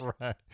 right